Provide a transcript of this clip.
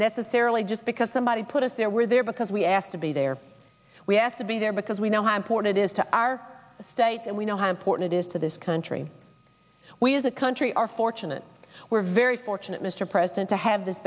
necessarily just because somebody put us there were there because we asked to be there we have to be there because we know how important is to our state and we know how important is to this country we as a country are fortunate we're very fortunate mr president to have this